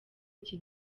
iki